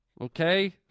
Okay